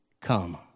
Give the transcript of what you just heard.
come